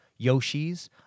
Yoshis